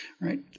Right